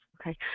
Okay